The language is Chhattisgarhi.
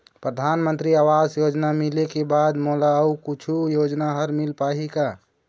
परधानमंतरी आवास योजना मिले के बाद मोला अऊ कुछू योजना हर मिल पाही का?